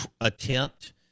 attempt